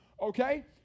okay